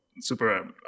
super